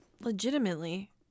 Legitimately